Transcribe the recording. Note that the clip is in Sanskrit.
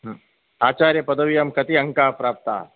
आचार्यपदव्यां कति अङ्काः प्राप्ताः